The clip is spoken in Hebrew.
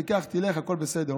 תיקח, תלך, הכול בסדר.